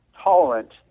tolerant